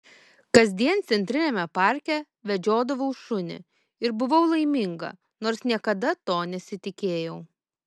kasdien centriniame parke vedžiodavau šunį ir buvau laiminga nors niekada to nesitikėjau